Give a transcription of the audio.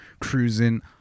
cruising